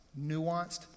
nuanced